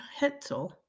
Hetzel